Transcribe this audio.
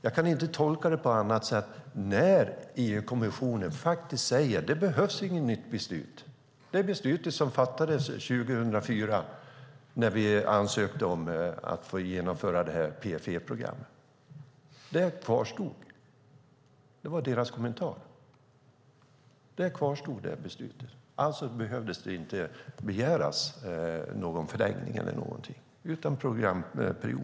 Jag kan inte tolka det på annat sätt när EU-kommissionen säger att det inte behövs något nytt beslut. Det beslut som fattades 2004 när vi ansökte om att få genomföra PFE-programmet kvarstod. Det var deras kommentar. Det beslutet kvarstod, och alltså behövde ingen förlängning begäras.